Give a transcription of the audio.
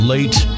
Late